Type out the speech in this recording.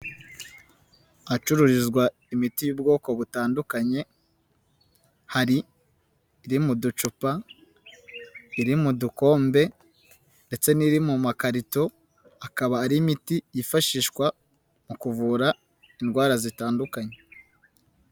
Ahacururizwa imiti y'ubwoko butandukanye, hari iri mu ducupa, iri mu dukombe ndetse n'iri mu makarito, akaba ari imiti yifashishwa mu kuvura indwara zitandukanye.